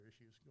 issues